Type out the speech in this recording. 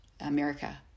America